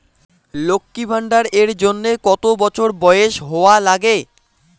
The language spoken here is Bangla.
লক্ষী ভান্ডার এর জন্যে কতো বছর বয়স হওয়া লাগে?